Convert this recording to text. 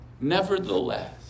Nevertheless